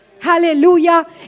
Hallelujah